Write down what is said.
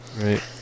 Right